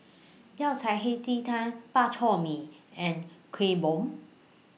Yao Cai Hei Ji Tang Bak Chor Mee and Kuih Bom